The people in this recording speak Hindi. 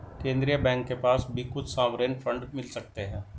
केन्द्रीय बैंक के पास भी कुछ सॉवरेन फंड मिल सकते हैं